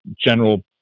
general